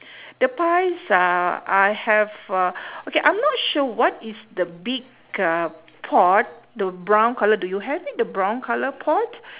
the pies uhh I have uh okay I'm not sure what is the big uh pot the brown colour do you have it the brown colour pot